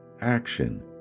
action